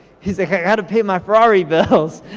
he's like, i gotta pay my ferrari bills.